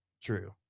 true